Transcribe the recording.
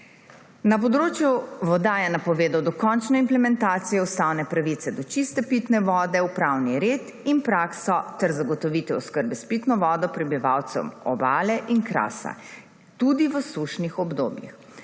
Na področju voda je napovedal dokončno implementacijo ustavne pravice do čiste pitne vode v pravni red in prakso ter zagotovitev oskrbe s pitno vodo prebivalcem Obale in Krasa tudi v sušnih obdobjih.